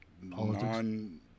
non